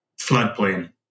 floodplain